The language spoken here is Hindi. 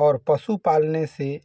और पशु पालने से